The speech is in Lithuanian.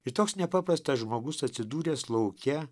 ir toks nepaprastas žmogus atsidūręs lauke